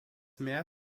mehr